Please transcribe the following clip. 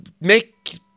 make –